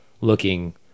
looking